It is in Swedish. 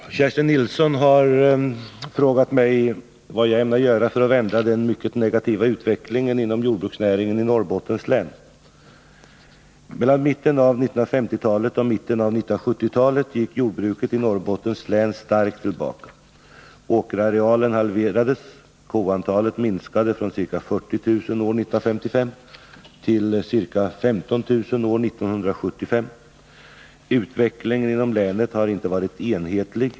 Herr talman! Kerstin Nilsson har frågat mig vad jag ämnar göra för att vända den mycket negativa utvecklingen inom jordbruksnäringen i Norrbot Mellan mitten av 1950-talet och mitten av 1970-talet gick jordbruket i Norrbottens län starkt tillbaka. Åkerarealen halverades. Koantalet minskade från ca 40 000 år 1955 till ca 15 000 år 1975. Utvecklingen inom länet har inte varit enhetlig.